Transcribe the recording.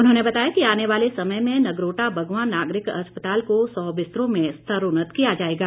उन्होंने बताया कि आने वाले समय में नगरोटा बगवां नागरिक अस्पताल को सौ बिस्तरों में स्तरोन्नत किया जाएगा